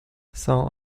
saint